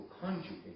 conjugate